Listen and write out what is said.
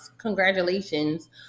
congratulations